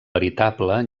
veritable